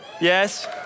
Yes